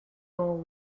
gants